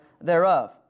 thereof